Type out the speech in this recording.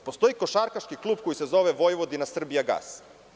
Postoji košarkaški klub koji se zove „Vojvodina-Srbijagas“